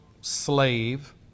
Slave